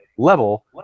level